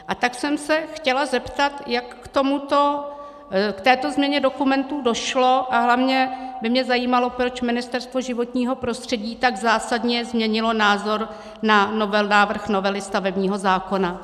A tak jsem se chtěla zeptat, jak k této změně dokumentu došlo, a hlavně by mě zajímalo, proč Ministerstvo životního prostředí tak zásadně změnilo názor na návrh novely stavebního zákona.